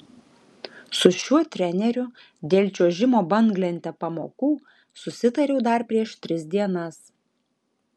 su šiuo treneriu dėl čiuožimo banglente pamokų susitariau dar prieš tris dienas